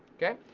okay?